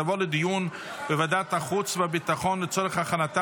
לוועדת החוץ והביטחון נתקבלה.